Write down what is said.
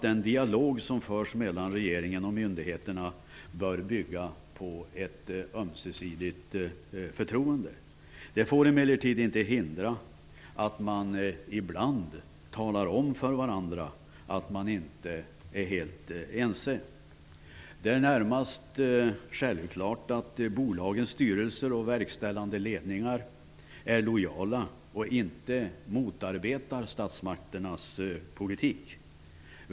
Den dialog som förs mellan regeringen och myndigheterna bör bygga på ett ömsesidigt förtroende. Det får emellertid inte hindra att man ibland talar om för varandra att man inte är helt ense. Det är närmast självklart att bolagens styrelser och verkställande ledningar är lojala och inte motarbetar statsmakternas politik.